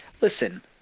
listen